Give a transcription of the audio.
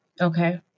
Okay